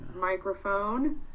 microphone